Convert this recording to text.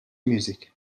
music